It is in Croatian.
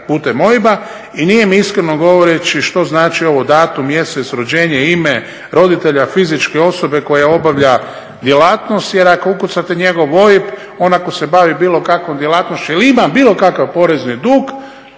I nije mi iskreno govoreći što znači ovo datum, mjesec, rođenje, ime roditelja fizičke osobe koja obavlja djelatnost jer ako ukucate njegov OIB on ako se bavi bilo kakvom djelatnošću ili ima bilo kakav porezni dug